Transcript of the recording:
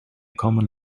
common